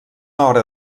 hora